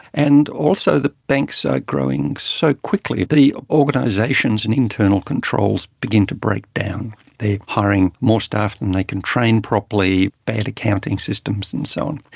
and also that banks are growing so quickly. the organisations and internal controls begin to break down. they are hiring more staff than they can train properly, bad accounting systems and so on.